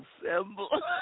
assemble